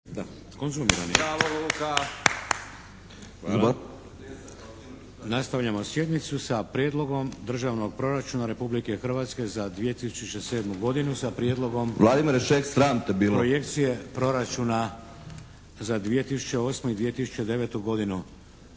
godine raspravio je raspravio je Prijedlog Državnog proračuna Republike Hrvatske za 2007. godinu s Prijedlogom projekcija proračuna za 2008. i 2009. godinu